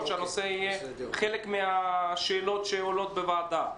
שהנושא יהיה חלק מהשאלות שעולות בוועדה.